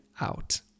out